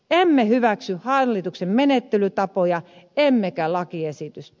emme hyväksy hallituksen menettelytapoja emmekä lakiesitystä